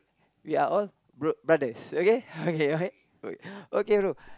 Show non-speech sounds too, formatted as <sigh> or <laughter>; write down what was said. we are all bro brothers okay <laughs> okay bro